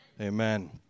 Amen